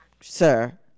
Sir